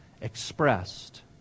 expressed